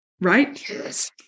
Right